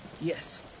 Yes